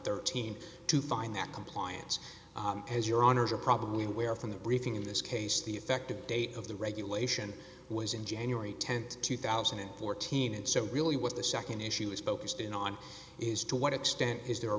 thirteen to find that compliance as your owners are probably aware from the briefing in this case the effective date of the regulation was in january tenth two thousand and fourteen and so really what the second issue is focused in on is to what extent is there a re